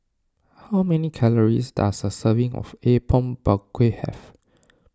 how many calories does a serving of Apom Berkuah have